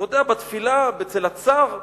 אתה יודע, בתפילה אצל הצאר,